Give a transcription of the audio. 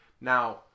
Now